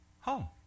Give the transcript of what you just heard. Home